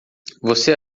você